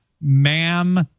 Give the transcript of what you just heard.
ma'am